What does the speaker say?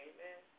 Amen